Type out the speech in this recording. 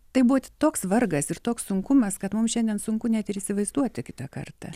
tai buvo toks vargas ir toks sunkumas kad mums šiandien sunku net ir įsivaizduoti kitą kartą